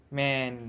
man